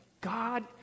God